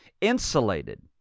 insulated